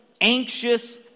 anxious